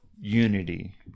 unity